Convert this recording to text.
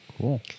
cool